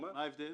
מאושרת.